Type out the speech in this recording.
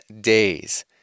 days